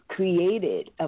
Created